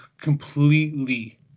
completely